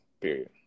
period